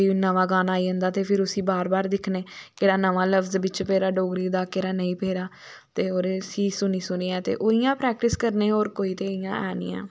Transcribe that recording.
खोई नमां गाना आई जांदा ते उसी बार बार दिक्खने केह्ड़ा नमां लफ्ज बिच्च पेदा डोगरी दा केह्ड़ा नेईं पेदा ते उसी सुनी सुनियै ते उआं गै परैक्टिस करने ते होर कोई ते इयां है नी ऐ